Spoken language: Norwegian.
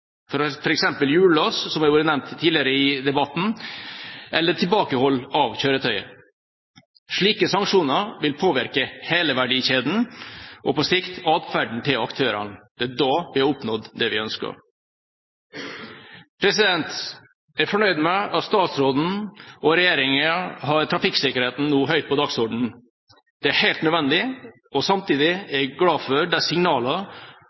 som har vært nevnt tidligere i debatten, eller tilbakehold av kjøretøyet. Slike sanksjoner vil påvirke hele verdikjeden og på sikt atferden til aktørene. Det er da vi har oppnådd det vi ønsker. Jeg er fornøyd med at statsråden og regjeringa nå har trafikksikkerheten høyt på dagsordenen. Det er helt nødvendig. Samtidig er jeg glad for